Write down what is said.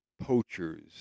poachers